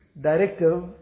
directive